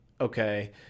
okay